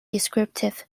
descriptive